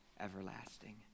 everlasting